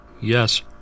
Yes